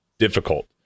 difficult